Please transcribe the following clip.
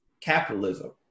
capitalism